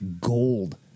gold